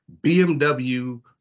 BMW